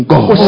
God